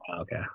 Okay